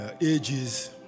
ages